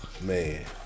Man